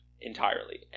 entirely